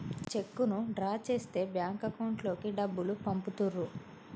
చెక్కును డ్రా చేస్తే bank account లోకి డబ్బులు పంపుతుర్రు